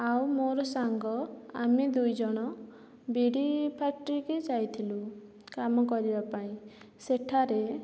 ଆଉ ମୋର ସାଙ୍ଗ ଆମେ ଦୁଇଜଣ ବିଡ଼ି ଫ୍ୟାକ୍ଟ୍ରିକି ଯାଇଥିଲୁ କାମ କରିବାପାଇଁ ସେଠାରେ